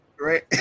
right